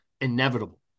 inevitable